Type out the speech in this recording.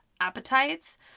appetites